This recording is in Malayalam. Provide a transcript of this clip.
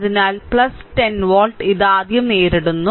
അതിനാൽ 10 വോൾട്ട് ഇത് ആദ്യം നേരിടുന്നു